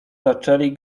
zaczęli